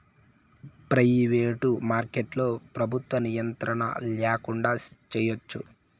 private మార్కెట్లో ప్రభుత్వ నియంత్రణ ల్యాకుండా చేయచ్చు